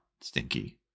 stinky